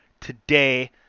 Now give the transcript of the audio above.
today